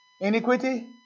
Iniquity